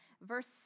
Verse